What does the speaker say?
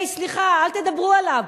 היי, סליחה, אל תדברו עליו.